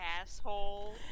asshole